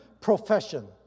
profession